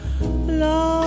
love